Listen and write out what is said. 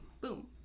Boom